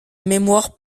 mémoire